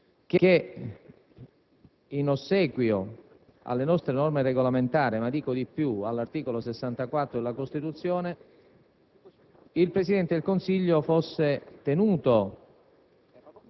che, in ossequio alle nostre norme regolamentari, ma dico di più, all'articolo 64 della Costituzione, il Presidente del Consiglio fosse tenuto